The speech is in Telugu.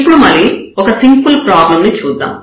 ఇప్పుడు మళ్ళీ ఒక సింపుల్ ప్రాబ్లం ను చూద్దాం